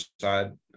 side